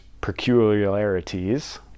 peculiarities